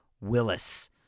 Willis